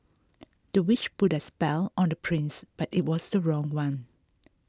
the witch put a spell on the prince but it was the wrong one